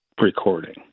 recording